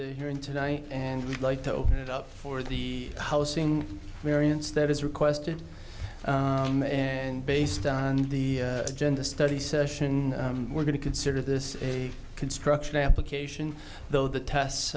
the hearing tonight and we'd like to open it up for the housing variance that is requested and based on the gender study session we're going to consider this a construction application though the tests